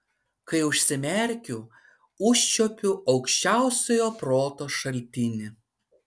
kai užsimerkiu užčiuopiu aukščiausiojo proto šaltinį